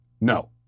No